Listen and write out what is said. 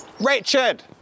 Richard